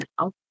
now